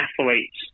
athletes